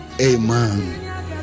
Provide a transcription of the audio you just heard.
Amen